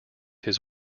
his